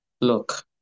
Look